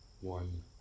one